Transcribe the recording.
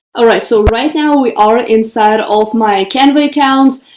alright, so right now we are inside of my canva account.